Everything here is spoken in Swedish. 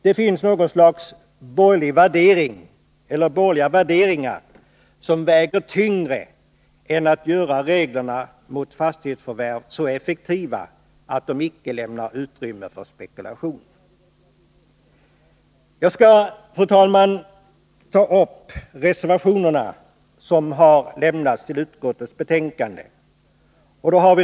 Det finns något slags borgerliga värderingar som väger tyngre än att göra reglerna mot fastighetsförvärv så effektiva att de inte lämnar utrymme för spekulation. Jag skall, fru talman, ta upp reservationerna som har fogats till utskottsbetänkandet.